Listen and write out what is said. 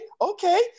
Okay